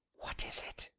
what is it?